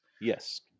Yes